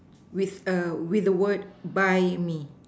with a with the word buy me